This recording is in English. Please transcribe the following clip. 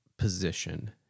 Position